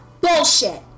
Bullshit